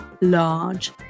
large